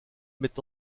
met